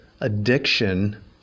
Addiction